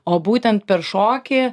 o būtent per šokį